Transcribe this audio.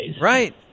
Right